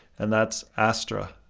and that's astra.